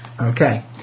Okay